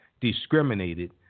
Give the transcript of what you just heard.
discriminated